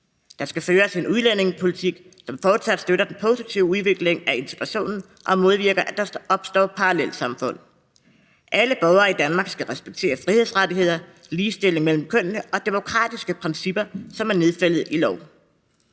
Der skal føres en udlændingepolitik, som fortsat støtter den positive udvikling af integrationen og modvirker, at der opstår parallelsamfund. Alle borgere i Danmark skal respektere frihedsrettigheder, ligestilling mellem kønnene og demokratiske principper, som er nedfældet i lov.